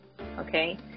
Okay